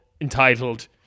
entitled